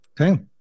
Okay